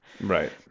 Right